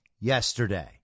yesterday